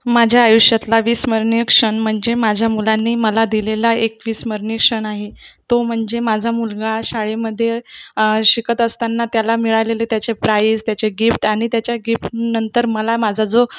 माझ्या आयुष्यातला अविस्मरणीय क्षण म्हणजे माझ्या मुलाने मला दिलेला एक अविस्मरणीय क्षण आहे तो म्हणजे माझा मुलगा शाळेमध्ये शिकत असताना त्याला मिळालेले त्याचे प्राईज त्याचे गिफ्ट आणि त्याच्या गिफ्टनंतर मला माझा जो